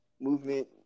movement